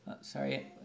Sorry